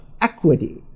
equity